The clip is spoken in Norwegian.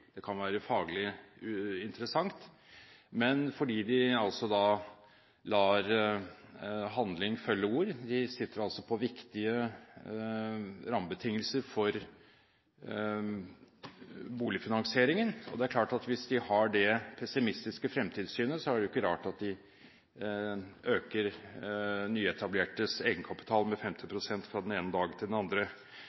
det kan være faglig interessant, men fordi tilsynet lar handling følge ord. De har kunnskap om viktige rammebetingelser for boligfinansieringen, og det er klart at hvis de har et pessimistisk fremtidssyn, er det ikke rart at de øker kravet til nyetablertes egenkapital med 50